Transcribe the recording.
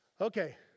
Okay